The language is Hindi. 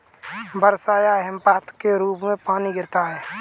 वर्षा या हिमपात के रूप में पानी गिरता है